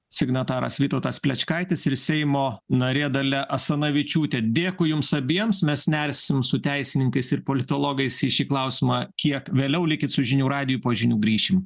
signataras vytautas plečkaitis ir seimo narė dalia asanavičiūtė dėkui jums abiems mes nersim su teisininkais ir politologais į šį klausimą kiek vėliau likit su žinių radiju po žinių grįšim